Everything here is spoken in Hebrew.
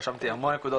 רשמתי המון נקודות,